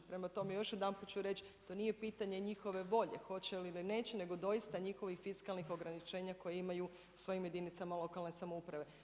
Prema tome, još jedanput ću reć to nije pitanje njihove volje, hoće li ili neće, nego doista njihovih fiskalnih ograničenja koje imaju u svojim jedinicama lokalne samouprave.